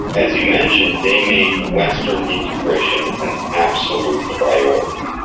as you mentioned, they made western integration an absolute priority.